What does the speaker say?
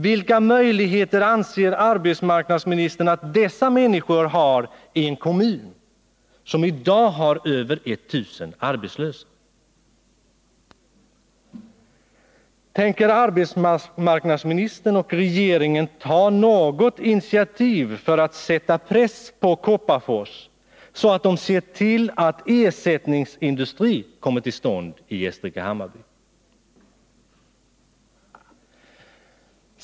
Vilka möjligheter anser arbetsmarknadsministern att dessa människor har i en kommun som i dag har över 1 000 arbetslösa? Tänker arbetsmarknadsministern och regeringen ta något initiativ för att sätta press på Kopparfors så att man ser till att ersättningsindustri kommer till stånd i Gästrike-Hammarby?